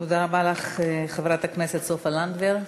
תודה רבה לך, חברת הכנסת סופה לנדבר.